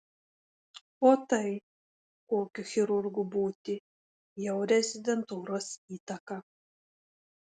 o tai kokiu chirurgu būti jau rezidentūros įtaka